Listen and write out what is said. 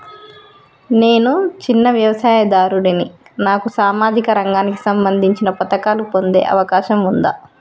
నేను చిన్న వ్యవసాయదారుడిని నాకు సామాజిక రంగానికి సంబంధించిన పథకాలు పొందే అవకాశం ఉందా?